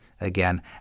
again